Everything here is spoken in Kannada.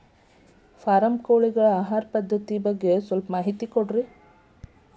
ಫಾರಂ ಕೋಳಿಗಳ ಆಹಾರ ಪದ್ಧತಿಯ ವಿಧಾನಗಳ ಬಗ್ಗೆ ವಿವರಿಸಿ